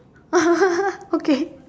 okay